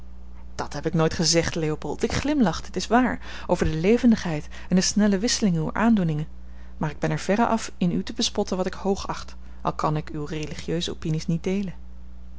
dat heb ik nooit gezegd leopold ik glimlachte het is waar over de levendigheid en de snelle wisseling uwer aandoeningen maar ik ben er verre af in u te bespotten wat ik hoogacht al kan ik uwe religieuse opinies niet deelen